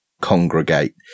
congregate